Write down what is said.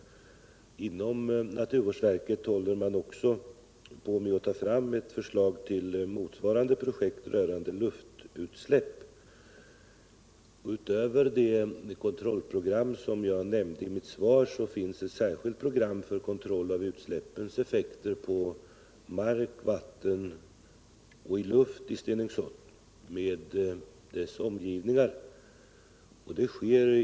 Inom naturvårdsverket håller man också på med att utarbeta ett förslag till motsvarande projekt rörande luftutsläpp. Utöver det kontrollprogram som jag nämnde i mitt svar finns det ett särskilt program för kontroll av utsläppens effekter på mark, vatten och luft i Stenungsund med omgivningar.